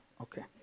Okay